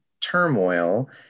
turmoil